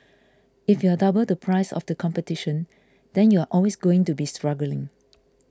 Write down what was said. if you are double the price of the competition then you are always going to be struggling